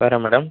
வேறு மேடம்